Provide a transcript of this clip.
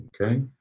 okay